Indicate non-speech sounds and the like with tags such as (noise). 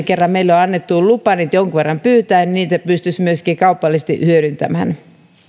(unintelligible) kerran meille on annettu lupa niitä jonkun verran pyytää niin niitä pystyisi myöskin kaupallisesti hyödyntämään